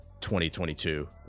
2022